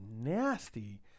nasty